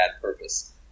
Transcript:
purpose